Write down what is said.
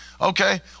Okay